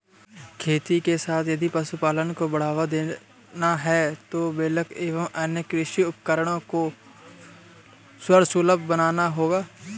खेती के साथ यदि पशुपालन को बढ़ावा देना है तो बेलर एवं अन्य कृषि उपकरण को सर्वसुलभ बनाना होगा